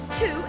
two